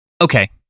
Okay